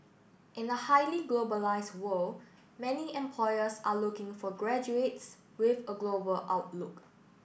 in a highly globalised world many employers are looking for graduates with a global outlook